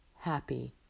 Happy